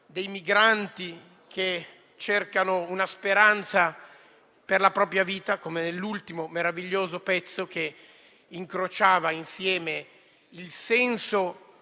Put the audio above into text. dei migranti che cercano una speranza per la propria vita, come nell'ultimo meraviglioso pezzo che incrociava insieme il senso